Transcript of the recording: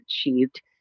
achieved